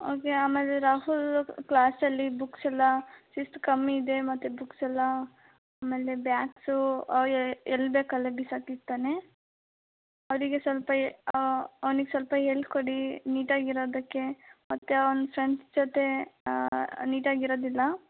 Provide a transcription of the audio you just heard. okay ಆಮೇಲೆ ರಾಹುಲ್ ಕ್ಲಾಸಲ್ಲಿ books ಎಲ್ಲ ಶಿಸ್ತು ಕಮ್ಮಿ ಇದೆ ಮತ್ತು ಬುಕ್ಸ್ ಎಲ್ಲ ಆಮೇಲೆ ಬ್ಯಾಗ್ಸ್ ಯ ಎಲ್ಬೇಕಲ್ಲೇ ಬಿಸಾಕಿರ್ತಾನೆ ಅವನಿಗೆ ಸ್ವಲ್ಪ ಅವನಿಗೆ ಸ್ವಲ್ಪ ಹೇಳಿಕೊಡಿ ನೀಟಾಗಿರೋದಕ್ಕೆ ಮತ್ತು ಅವನ ಫ್ರೆಂಡ್ಸ್ ಜೊತೆ ನೀಟಾಗಿರೋದಿಲ್ಲ